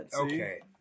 Okay